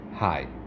Hi